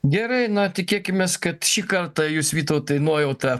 gerai na tikėkimės kad šį kartą jus vytautai nuojauta